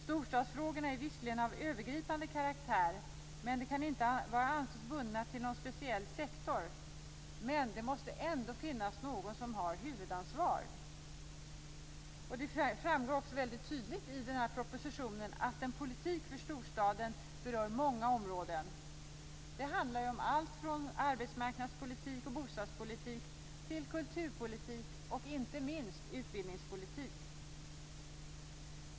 Storstadsfrågorna är visserligen av övergripande karaktär och kan inte anses vara bundna till någon speciell sektor, men det måste ändå finnas någon som har huvudansvaret. Det framgår också väldigt tydligt i propositionen att en politik för storstaden berör många områden. Det handlar om allt från arbetsmarknadspolitik och bostadspolitik till kulturpolitik och inte minst utbildningspolitik.